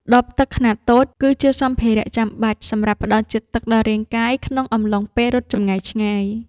ដបទឹកខ្នាតតូចគឺជាសម្ភារៈចាំបាច់សម្រាប់ផ្តល់ជាតិទឹកដល់រាងកាយក្នុងអំឡុងពេលរត់ចម្ងាយឆ្ងាយ។